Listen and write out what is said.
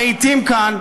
הרהיטים כאן,